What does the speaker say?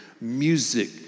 music